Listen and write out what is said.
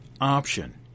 option